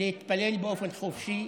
להתפלל באופן חופשי,